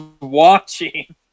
watching